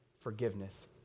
forgiveness